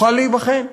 תוכל להיבחן,